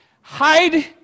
Hide